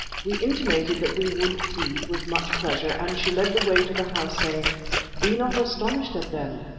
we intimated that we would feed with much pleasure, and she led the way to the house, saying be not astonished at them,